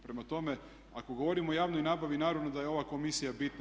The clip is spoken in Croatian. Prema tome, ako govorimo o javnoj nabavi naravno da je ova komisija bitna.